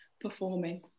performing